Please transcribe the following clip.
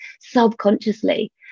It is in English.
subconsciously